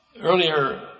Earlier